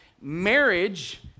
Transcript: marriage